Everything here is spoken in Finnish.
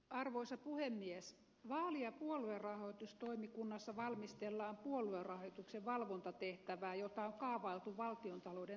vaali ja puoluerahoitustoimikunnassa valmistellaan puoluerahoituksen valvontatehtävää jota on kaavailtu valtiontalouden tarkastusvirastolle